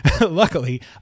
Luckily